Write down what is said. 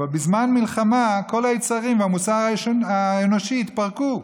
אבל בזמן מלחמה כל היצרים והמוסר האנושי התפרקו.